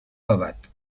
elevat